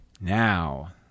now